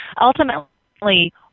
Ultimately